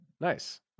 Nice